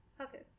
okay